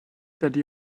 dydy